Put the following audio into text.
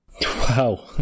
Wow